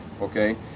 okay